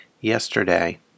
yesterday